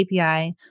API